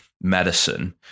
medicine